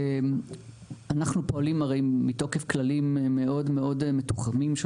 אנחנו פועלים מתוקף כללים מאוד מאוד מתוחמים של